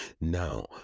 Now